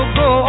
go